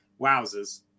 wowzers